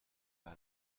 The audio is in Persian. بله